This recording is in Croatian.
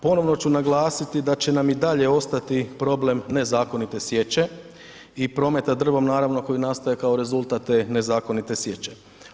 Ponovno ću naglasiti da će nam i dalje ostati problem nezakonite sječe i prometa drvom naravno koji nastaje kao rezultat te nezakonite sječe.